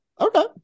Okay